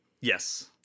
Yes